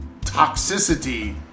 toxicity